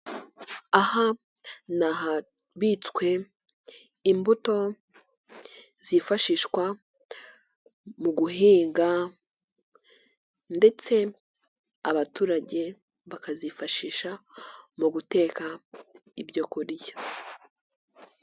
Aha nahabitswe imbuto zifashishwa mu guhinga ndetse abaturage bakazifashisha mu guteka ibyo kurya.